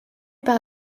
par